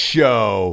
Show